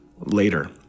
later